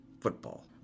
football